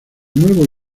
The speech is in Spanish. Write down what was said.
nuevo